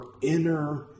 inner